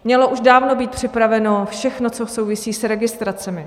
Mělo už dávno být připraveno všechno, co souvisí s registracemi.